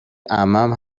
عمم